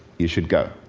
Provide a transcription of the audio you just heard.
you should go.